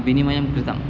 विनिमयं कृतम्